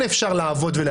כי כן אפשר לעבוד ולהצביע.